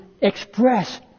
express